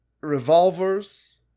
revolvers